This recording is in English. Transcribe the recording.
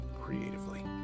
creatively